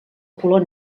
color